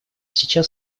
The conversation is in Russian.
сейчас